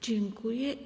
Dziękuję.